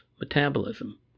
metabolism